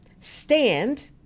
stand